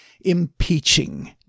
impeaching